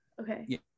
Okay